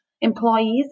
employees